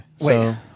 Wait